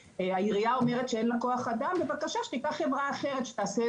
הערה אחרונה שאני רוצה להגיד